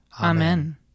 Amen